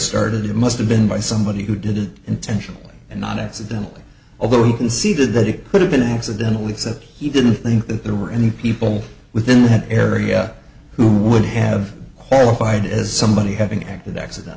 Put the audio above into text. started it must have been by somebody who didn't intentionally and not accidentally over who conceded that it could have been accidental except he didn't think that there were any people within that area who would have qualified as somebody having acted accident